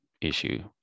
issue